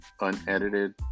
unedited